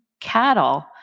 cattle